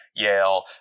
Yale